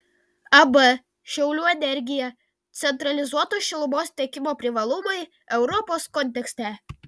ab šiaulių energija centralizuoto šilumos tiekimo privalumai europos kontekste